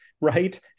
right